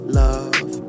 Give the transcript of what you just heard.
love